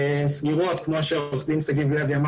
כמו שאמר קודם עו"ד שגיב לוי,